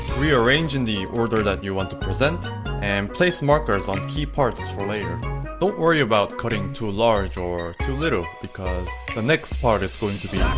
rearranging the order that you want to present and place markers on key parts for later don't worry about cutting too large or too little because the next part is going to be